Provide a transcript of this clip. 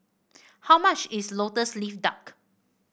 how much is lotus leaf duck